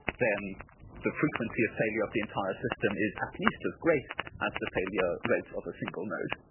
then the frequency of failure of the entire system is at least as great as the failure rate of a single node.